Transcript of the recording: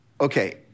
Okay